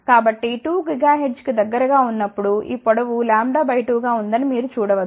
కాబట్టి 2 GHz కి దగ్గరగా ఉన్నప్పుడు ఈ పొడవు λ బై 2 గా ఉందని మీరు చూడవచ్చు